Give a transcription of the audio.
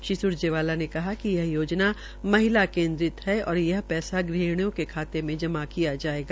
श्री स्रजेवाला ने कहा कि यह योजना महिला केन्द्रित है और ये यह पैसा गृहणियों के खाते मे जमा किया जायेगा